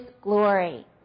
glory